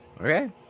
Okay